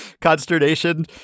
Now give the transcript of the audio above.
consternation